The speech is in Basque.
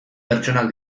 pertsonak